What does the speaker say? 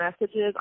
messages